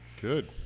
good